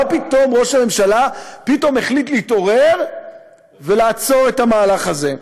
מה פתאום ראש הממשלה החליט להתעורר ולעצור את המהלך הזה?